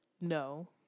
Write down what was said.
No